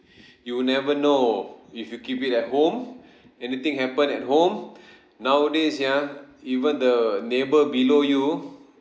you never know if you keep it at home anything happen at home nowadays ya even the neighbour below you